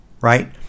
right